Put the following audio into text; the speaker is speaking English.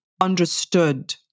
understood